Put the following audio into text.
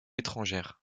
étrangère